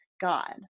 God